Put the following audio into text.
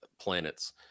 planets